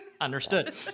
Understood